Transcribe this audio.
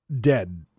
dead